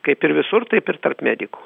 kaip ir visur taip ir tarp medikų